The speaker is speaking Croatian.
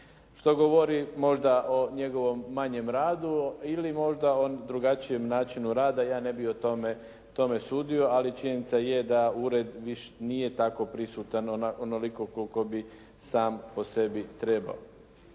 što govori o njegovom manjem radu ili možda o drugačijem načinu rada. Ja ne bih o tome sudio, ali činjenica je da ured nije tako prisutan onoliko koliko bi sam po sebi trebao.